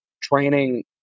training